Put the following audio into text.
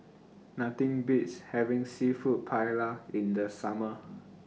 Nothing Beats having Seafood Paella in The Summer